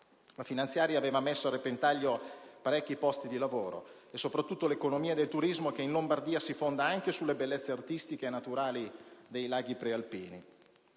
La finanziaria aveva messo a repentaglio parecchi posti di lavoro e soprattutto l'economia del turismo, che in Lombardia si fonda anche sulle bellezze artistiche e naturali dei laghi prealpini.